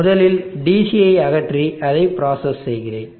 எனவே முதலில் DCயை அகற்றி அதை பிராசஸ் செய்கிறேன்